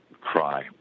cry